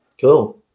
Cool